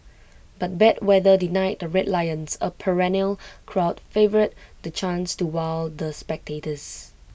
but bad weather denied the Red Lions A perennial crowd favourite the chance to wow the spectators